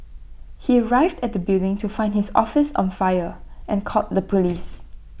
he arrived at the building to find his office on fire and called the Police